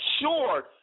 sure